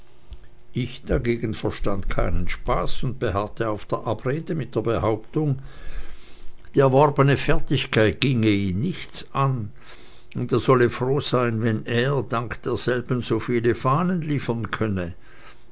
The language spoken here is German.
ich dagegen verstand keinen spaß und beharrte auf der abrede mit der behauptung die erworbene fertigkeit ginge ihn nichts an und er solle froh sein wenn er dank derselben so viele fahnen liefern könne